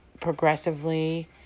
progressively